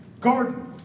Garden